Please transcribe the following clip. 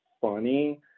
funny